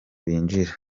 binjira